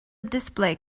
display